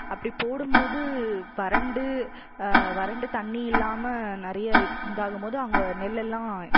அப்படி போடும்போது வறண்டு வறண்டு தண்ணி இல்லாமல் நிறைய இதாகும்போது அங்கே நெல்லெல்லாம்